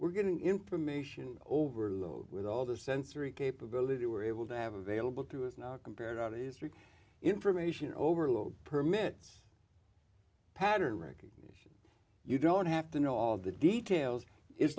we're getting information overload with all the sensory capability we're able to have available to us now compared out is real information overload permits pattern recognition you don't have to know all the details it's